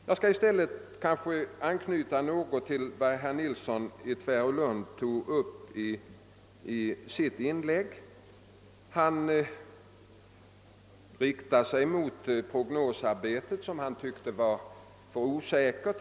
Jag skall fortsättningsvis anknyta till vad herr Nilsson i Tvärålund tog upp i sitt inlägg. Han riktade sig mot prognosarbetet, som han tyckte var för osäkert.